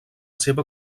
seva